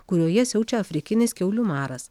kurioje siaučia afrikinis kiaulių maras